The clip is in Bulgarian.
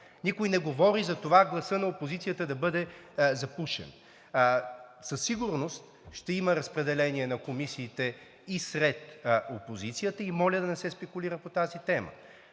Никой не говори за това гласът на опозицията да бъде запушен! Със сигурност ще има разпределение на комисиите и сред опозицията. Моля да не се спекулира по тази тема!